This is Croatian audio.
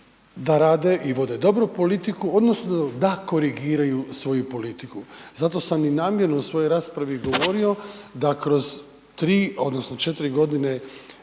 da rade i vode dobru politiku odnosno da korigiraju svoju politiku. Zato sam i namjerno u svojoj raspravi govorio da kroz tri odnosno četiri godine